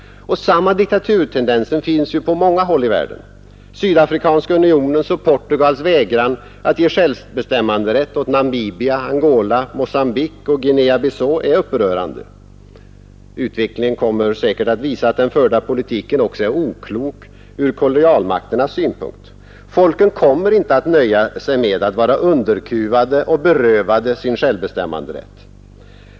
Samma diktaturtendenser finns ju på många andra håll i världen. Sydafrikanska unionens och Portugals vägran att ge självbestämmanderätt åt Namibia, Angola, Mozambique och Guinea-Bissau är upprörande. Utvecklingen kommer säkert att visa att den förda politiken också är oklok ur kolonialmakternas synpunkt. Folken kommer inte att nöja sig med att vara underkuvade och berövade sin självständighet.